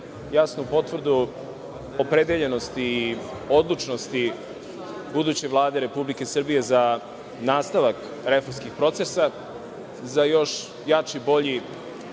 jasnu potvrdu opredeljenosti i odlučnosti buduće Vlade Republike Srbije za nastavak reformskih procesa za još jači, bolji